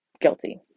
guilty